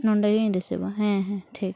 ᱱᱚᱸᱰᱮᱜᱮᱧ ᱼᱟ ᱦᱮᱸ ᱦᱮᱸ ᱴᱷᱤᱠ